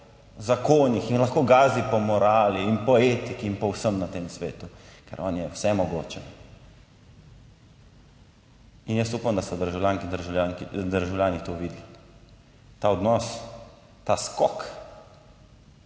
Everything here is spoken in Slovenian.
zakonih in lahko gazi po morali in po etiki in po vsem na tem svetu, ker on je vsemogočen. In jaz upam, da so državljanke in da državljani to videli, ta odnos, ta skok.